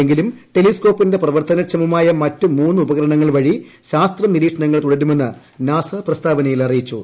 എങ്കിലും ടെലിസ്കേപ്പിന്റെ പ്രവർത്തനക്ഷമമായ മറ്റ് മൂന്ന് ഉപകരണങ്ങൾ വഴി ശാസ്ത്രനിരീക്ഷണങ്ങൾ തുടരുമെന്ന് നാസ പ്രസ്താവനയിൽ അറിയിച്ചു